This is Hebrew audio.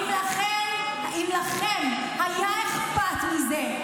אם לכם היה אכפת מזה,